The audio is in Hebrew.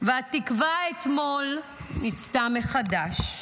והתקווה אתמול ניצתה מחדש,